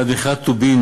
בעד מכירת טובין,